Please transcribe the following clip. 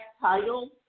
title